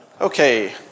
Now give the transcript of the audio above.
Okay